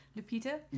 Lupita